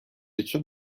için